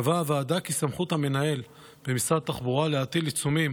קבעה הוועדה כי סמכות המנהל במשרד התחבורה להטיל עיצומים